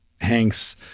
Hanks